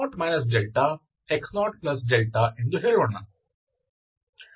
ನಾವು x0 δ x0δ ಎಂದು ಹೇಳೋಣ